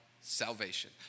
salvation